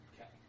Okay